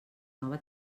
nova